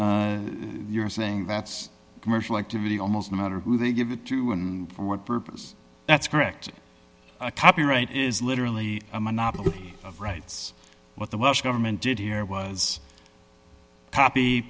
you're saying that's commercial activity almost no matter who they give it to and for what purpose that's correct copyright is literally a monopoly of rights what the government did here was copy